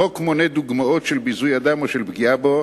החוק מונה דוגמאות של ביזוי אדם או של פגיעה בו,